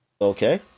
Okay